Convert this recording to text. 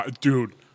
Dude